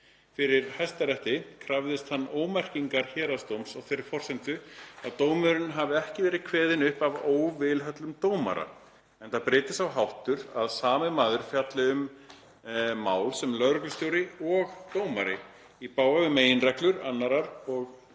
Fyrir Hæstarétti krafðist hann ómerkingar héraðsdóms á þeirri forsendu að dómurinn hafi ekki verið kveðinn upp af óvilhöllum dómara, enda bryti sá háttur, að sami maður fjalli um mál sem lögreglustjóri og dómari, í bága við meginreglur 2. og